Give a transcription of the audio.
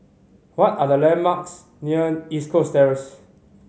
what are the landmarks near East Coast Terrace